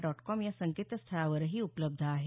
dot com या संकेतस्थळावरही उपलब्ध आहे